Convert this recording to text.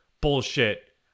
Bullshit